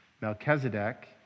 Melchizedek